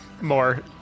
more